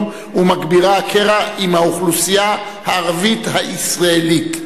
ומגבירה את הקרע עם האוכלוסייה הערבית הישראלית.